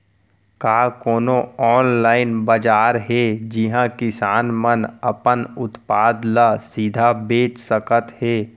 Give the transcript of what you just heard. का कोनो अनलाइन बाजार हे जिहा किसान मन अपन उत्पाद ला सीधा बेच सकत हे?